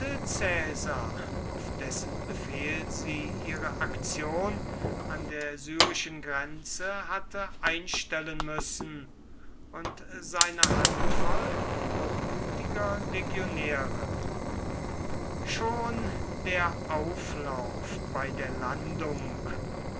auf dessen befehl sie ihre aktion an der syrischen grenze hatte einstellen müssen und seiner handvoll hochmütiger legionäre schon der auflauf bei der landung